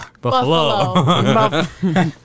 Buffalo